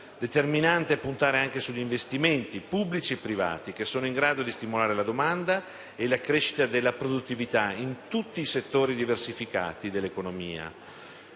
Determinante è puntare anche sugli investimenti pubblici e privati che sono in grado di stimolare la domanda e la crescita della produttività in settori diversificati dell'economia.